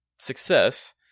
success